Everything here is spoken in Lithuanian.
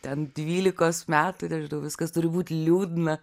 ten dvylikos metų nežinau viskas turi būt liūdna